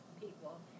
people